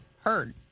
heard